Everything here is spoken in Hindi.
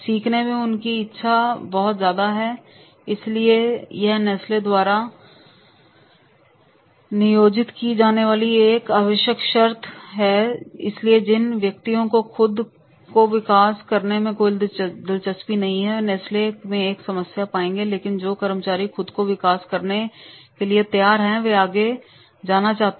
सीखने की उनकी इच्छा बहुत ज्यादा है इसलिए यह नेस्ले द्वारा नियोजित की जाने वाली एक आवश्यक शर्त है इसलिए जिन व्यक्तियों को खुद को विकसित करने में कोई दिलचस्पी नहीं है वे नेस्ले में एक समस्या पाएंगे लेकिन जो कर्मचारी खुद को विकसित करने के लिए तैयार हैं वे आगे जाना चाहते हैं